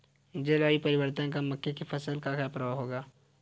जलवायु परिवर्तन का मक्के की फसल पर क्या प्रभाव होगा?